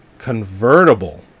convertible